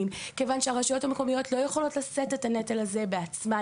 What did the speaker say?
כיוון שהרשויות המקומיות לא יכולות לשאת את הנטל הזה בעצמן.